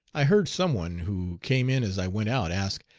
i heard some one who came in as i went out ask,